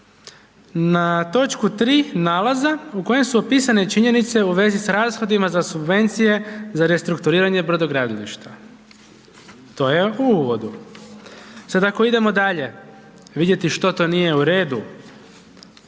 na toč. 3. nalaza u kojem su opisane činjenice u vezi s rashodima za subvencije za restrukturiranje brodogradilišta, to je u uvodu. Sad ako idemo dalje vidjeti što to nije u redu,